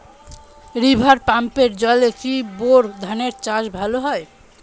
River পাম্পের জলে কি বোর ধানের চাষ ভালো হয়?